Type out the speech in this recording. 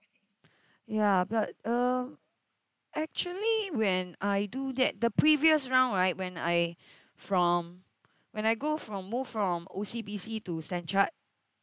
ya but uh actually when I do that the previous round right when I from when I go from move from O_C_B_C to stan chart